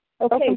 Okay